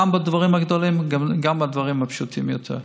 בדברים הגדולים וגם בדברים הפשוטים יותר.